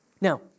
Now